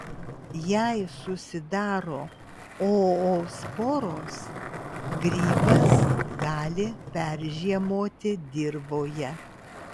jei susidaro oosporos grybas gali peržiemoti dirvoje